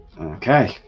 Okay